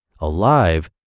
alive